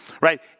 right